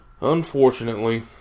Unfortunately